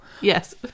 Yes